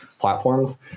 platforms